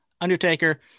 Undertaker